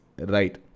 Right